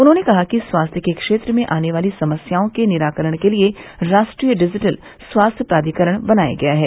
उन्होंने कहा कि स्वास्थ्य के क्षेत्र में आने वाली समस्याओं के निराकरण के लिए राष्ट्रीय डिजिटल स्वास्थ्य प्राधिकरण बनाया गया है